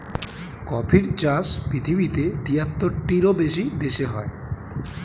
কফির চাষ পৃথিবীতে তিয়াত্তরটিরও বেশি দেশে হয়